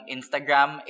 Instagram